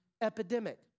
epidemic